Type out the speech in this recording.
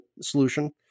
solution